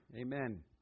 Amen